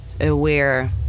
aware